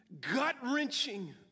gut-wrenching